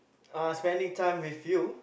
uh spending time with you